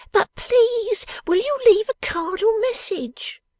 but please will you leave a card or message